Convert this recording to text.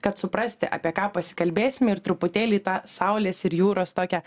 kad suprasti apie ką pasikalbėsime ir truputėlį į tą saulės ir jūros tokią